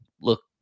Look